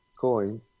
coin